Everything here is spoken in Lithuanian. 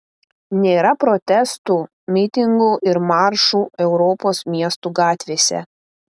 nėra protestų mitingų ir maršų europos miestų gatvėse